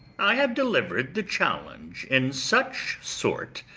i have deliver'd the challenge in such sort,